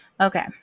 Okay